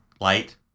light